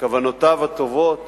כוונותיו הטובות